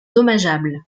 dommageable